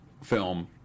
film